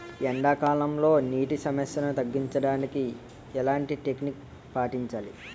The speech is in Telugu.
ఎండా కాలంలో, నీటి సమస్యలను తగ్గించడానికి ఎలాంటి టెక్నిక్ పాటించాలి?